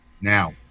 Now